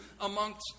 amongst